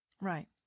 Right